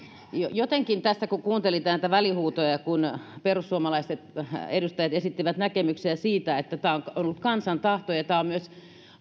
jotenkin kun kuunteli näitä välihuutoja kun perussuomalaiset edustajat esittivät näkemyksiä siitä että tämä on ollut kansan tahto ja ja tämä on myös